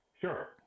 Sure